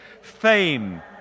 Fame